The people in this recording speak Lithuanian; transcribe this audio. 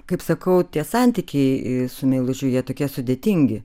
kaip sakau tie santykiai su meilužiu jie tokie sudėtingi